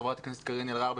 חברת הכנסת קארין אלהרר,